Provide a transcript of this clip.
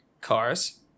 cars